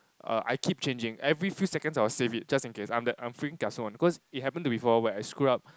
err I keep changing every few seconds I'll save it just in case I'm the I'm freaking kiasu one cause it happened before where I screw up